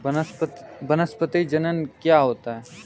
वानस्पतिक जनन क्या होता है?